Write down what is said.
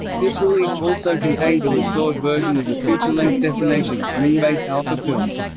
this release also contains a restored version of the feature length destination moonbase alpha film.